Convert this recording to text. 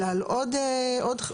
אלא על עוד גורמים,